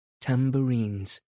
tambourines